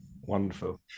Wonderful